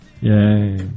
Yay